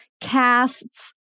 casts